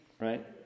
right